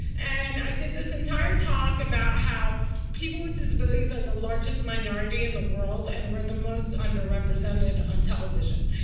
and i did this entire talk about how people with disabilities are the largest minority in the world, and we're the most under-represented on television.